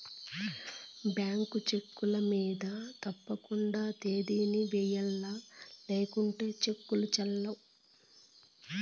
bank చెక్కుల మింద తప్పకండా తేదీని ఎయ్యల్ల లేకుంటే సెక్కులు సెల్లవ్